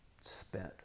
spent